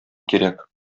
кирәк